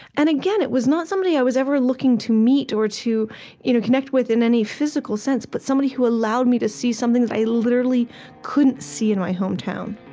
and again, it was not somebody i was ever looking to meet or to you know connect with in any physical sense, but somebody who allowed me to see something that i literally couldn't see in my hometown